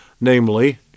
namely